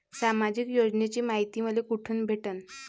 सामाजिक योजनेची मायती मले कोठून भेटनं?